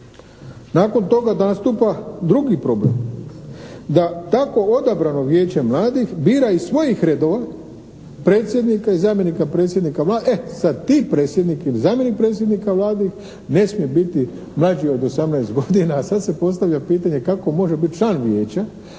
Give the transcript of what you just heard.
Nakon toga nastupa drugi problem. Da tako odabrano vijeće mladih bira iz svojih redova predsjednika i zamjenika predsjednika, e sad ti predsjednik ili zamjenik predsjednika …/Govornik se ne razumije./… ne smije biti mlađi od 18 godina, a sad se postavlja pitanje kako može biti član vijeća